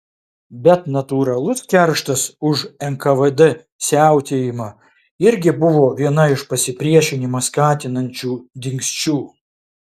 bet natūralus kerštas už nkvd siautėjimą irgi buvo viena iš pasipriešinimą skatinančių dingsčių